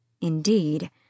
Indeed